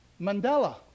Mandela